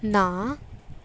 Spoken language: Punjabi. ਨਾਂਹ